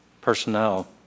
personnel